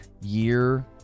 year